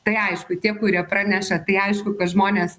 tai aišku tie kurie praneša tai aišku kad žmonės